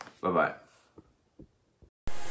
Bye-bye